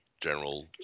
general